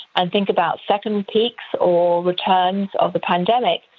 and think about second peaks or returns of the pandemic,